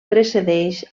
precedeix